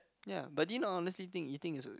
ya but do you not honestly think eating is a